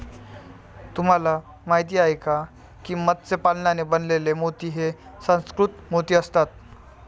तुम्हाला माहिती आहे का की मत्स्य पालनाने बनवलेले मोती हे सुसंस्कृत मोती असतात